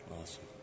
Awesome